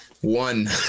one